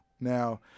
Now